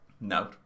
No